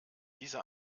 diese